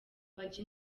bajya